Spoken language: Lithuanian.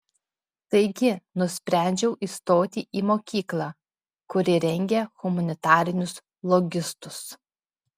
taigi nusprendžiau įstoti į mokyklą kuri rengia humanitarinius logistus